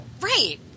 Right